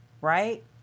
right